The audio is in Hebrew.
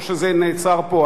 או שזה נעצר פה?